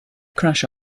crash